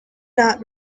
not